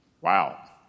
Wow